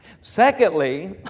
Secondly